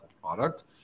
product